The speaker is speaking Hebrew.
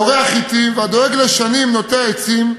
זורע חיטים, והדואג לשנים, נוטע עצים,